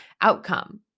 outcome